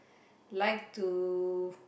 like to